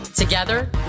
Together